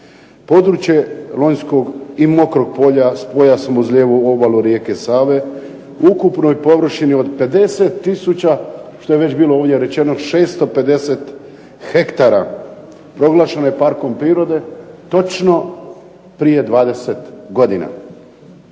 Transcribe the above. Područje Lonjskog i Mokrog polja s pojasom uz lijevu obalu rijeke Save u ukupnoj površini od 50 tisuća, što je već bilo ovdje rečeno, 650 hektara proglašeno je parkom prirode točno prije 20 godina.